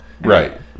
Right